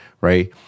right